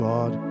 God